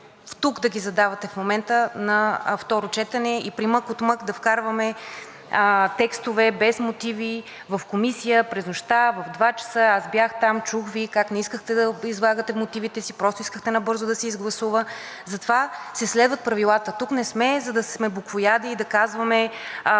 тук да ги задавате в момента на второ четене и примък-отмък да вкарваме текстове без мотиви в комисия през нощта в 2,00 часа. Аз бях там, чух Ви как не искахте да излагате мотивите си, просто искахте набързо да се изгласува. Затова се следват правилата. Тук не сме, за да сме буквояди и да казваме: